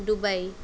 Dubai